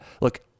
look